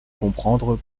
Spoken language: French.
comprendre